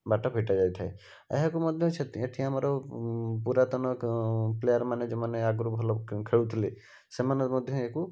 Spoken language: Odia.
ବାଟ ଫିଟାଯାଇଥାଏ ଏହାକୁ ମଧ୍ୟ ସେଠି ଏଠି ଆମର ପୁରାତନ ପ୍ଲେୟାର ମାନେ ଯେଉଁମାନେ ଆଗରୁ ଭଲ ଖେଳୁଥିଲେ ସେମାନେ ମଧ୍ୟ ଏହାକୁ